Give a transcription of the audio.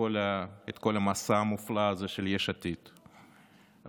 כל המסע המופלא הזה של יש עתיד וכמובן,